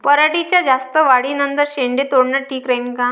पराटीच्या जास्त वाढी नंतर शेंडे तोडनं ठीक राहीन का?